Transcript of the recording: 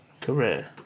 Career